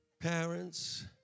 parents